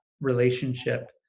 relationship